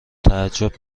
تعجب